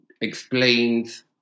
explains